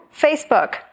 Facebook